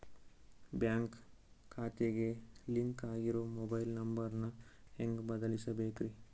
Bank ಖಾತೆಗೆ link ಆಗಿರೋ mobile number ನ ಹೆಂಗ್ ಬದಲಿಸಬೇಕ್ರಿ?